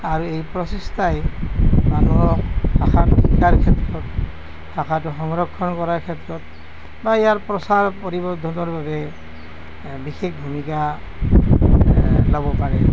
আৰু এই প্ৰচেষ্টাই মানুহক ভাষাটো শিকাৰ ক্ষেত্ৰত ভাষাটো সংৰক্ষণ কৰাৰ ক্ষেত্ৰত বা ইয়াৰ প্ৰচাৰ পৰিবৰ্ধনৰ বাবে বিশেষ ভূমিকা ল'ব পাৰে